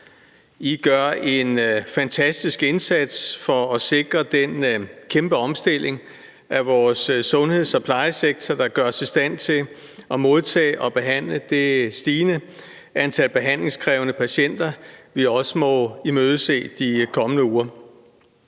I gør en fantastisk indsats for at sikre den kæmpe omstilling af vores sundheds- og plejesektor, der gør os i stand til at modtage og behandle det stigende antal behandlingskrævende patienter, vi også må imødese de kommende uger.